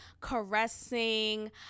caressing